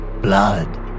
blood